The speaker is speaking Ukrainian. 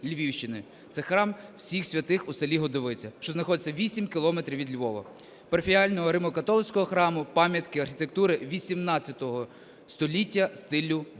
це Храм усім святих у селі Годовиця, що знаходиться 8 кілометрів від Львова, парафіяльного римо-католицького храму, пам'ятки архітектури ХVIII століття стилю бароко,